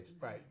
right